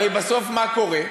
הרי בסוף מה קורה?